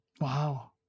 Wow